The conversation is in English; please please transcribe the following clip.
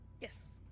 Yes